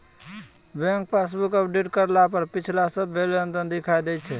bank passbook update करला पर पिछला सभ्भे लेनदेन दिखा दैय छै